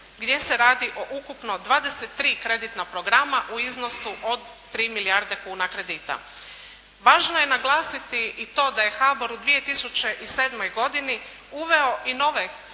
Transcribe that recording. gdje se radi o ukupno 23 kreditna programa u iznosu od 3 milijarde kuna kredita. Važno je naglasiti i to da je HBOR u 2007. godini uveo i nove